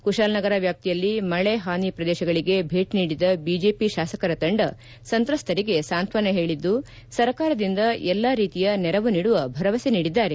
ಕುಶಾಲನಗರ ವ್ಯಾಪ್ತಿಯಲ್ಲಿ ಮಳೆ ಹಾನಿ ಪ್ರದೇಶಗಳಿಗೆ ಭೇಟಿ ನೀಡಿದ ಬಿಜೆಪಿ ಶಾಸಕರ ತಂಡ ಸಂತ್ರಸ್ವರಿಗೆ ಸಾಂತ್ವನ ಹೇಳಿದ್ದು ಸರ್ಕಾರದಿಂದ ಎಲ್ಚಾರೀತಿಯ ನೆರವು ನೀಡುವ ಭರವಸೆ ನೀಡಿದ್ದಾರೆ